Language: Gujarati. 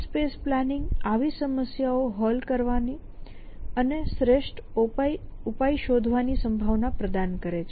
પ્લાન સ્પેસ પ્લાનિંગ આવી સમસ્યાઓ હલ કરવાની અને શ્રેષ્ઠ ઉપાય શોધવાની સંભાવના પ્રદાન કરે છે